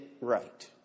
right